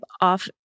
off